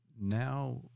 Now